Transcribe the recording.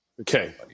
Okay